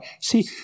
See